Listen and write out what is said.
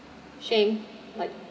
shame like